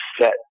set